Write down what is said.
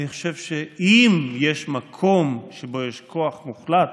אני חושב שאם יש מקום שבו יש כוח מוחלט